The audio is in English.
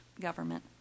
government